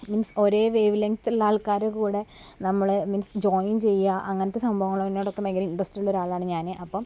means ഒരേ wavelength ഉള്ള ആൾക്കാരുടെ കൂടെ നമ്മളെ മീൻസ് ജോയിൻ ചെയ്യുക അങ്ങനത്തെ സംഭവങ്ങളോടൊക്കെ ഭയങ്കര ഇൻട്രസ്റ്റ് ഉള്ള ഒരു ആളാണ് ഞാൻ അപ്പം